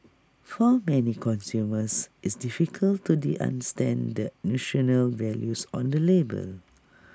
for many consumers it's difficult to they understand nutritional values on the label